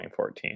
2014